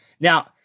Now